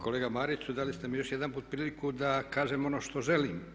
Kolega Mariću dali ste mi još jedanput priliku da kažem ono što želim.